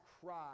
cry